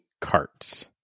carts